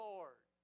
Lord